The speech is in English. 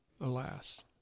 alas